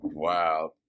Wow